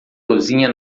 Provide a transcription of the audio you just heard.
cozinha